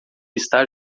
está